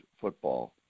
football